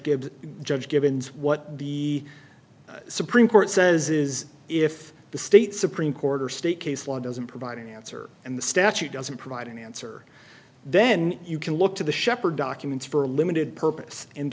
gives judge givens what the supreme court says is if the state supreme court or state case law doesn't provide an answer and the statute doesn't provide an answer then you can look to the shepherd documents for a limited purpose and